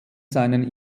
seinen